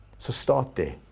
so start there,